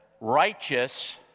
righteous